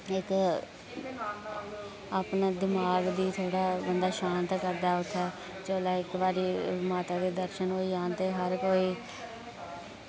इक अपना दिमाग दी थोह्ड़ा बंदा शांत करदा उत्थै जुल्लै इक बारी माता दे दर्शन होई जान ते हर कोई